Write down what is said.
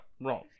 wrong